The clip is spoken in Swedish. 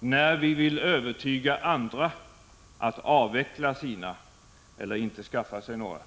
när vi vill övertyga andra att avveckla sina kärnvapen eller att inte skaffa sig några.